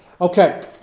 Okay